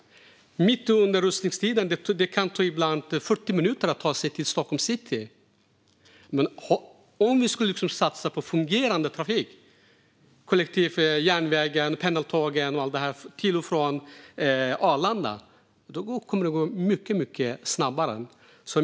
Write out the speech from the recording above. Under rusningstrafik kan det ibland ta 40 minuter att ta sig till Stockholms city. Men om vi satsar på fungerande kollektivtrafik - järnväg och pendeltåg - till och från Arlanda flygplats kommer det att gå mycket snabbare.